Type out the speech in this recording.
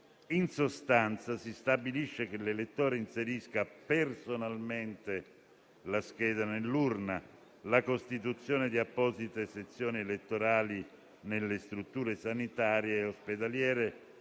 In sostanza, si stabilisce che l'elettore inserisca personalmente la scheda nell'urna e la costituzione di apposite sezioni elettorali nelle strutture sanitarie ospedaliere